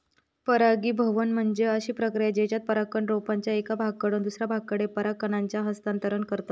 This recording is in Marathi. परागीभवन म्हणजे अशी प्रक्रिया जेच्यात परागकण रोपाच्या एका भागापासून दुसऱ्या भागाकडे पराग कणांचा हस्तांतरण करतत